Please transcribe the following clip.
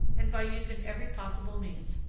and by using every possible means,